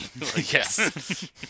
Yes